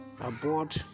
aboard